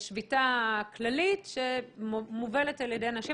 שביתה כללית שמובלת על ידי נשים,